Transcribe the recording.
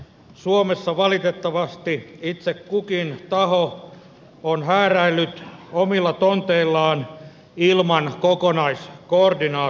suomessa valitettavasti itse kukin taho on hääräillyt omilla tonteillaan ilman kokonaiskoordinaatiota